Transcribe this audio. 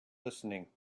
listening